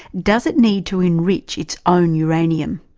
does it need to enrich its own uranium?